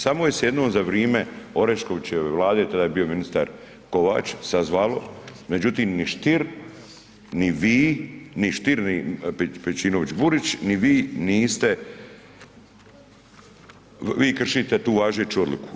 Samo se je jednom za vrijeme Oreškovićeve vlade, tada je bio ministar Kovač sazvalo, međutim ni Stier, ni vi, ni Stier, ni Pejčinović Burić, ni vi niste, vi kršite tu važeću odluku.